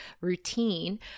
routine